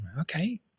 Okay